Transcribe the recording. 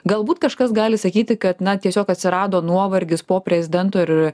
galbūt kažkas gali sakyti kad na tiesiog atsirado nuovargis po prezidento ir